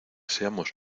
seamos